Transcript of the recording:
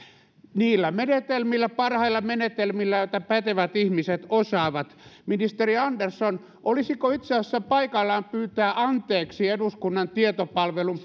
niillä menetelmillä parhailla menetelmillä joita pätevät ihmiset osaavat ministeri andersson olisiko itse asiassa paikallaan pyytää anteeksi eduskunnan tietopalvelun